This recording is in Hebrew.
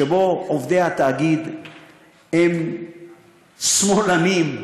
שעובדי התאגיד הם שמאלנים,